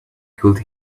could